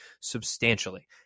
substantially